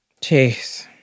Jeez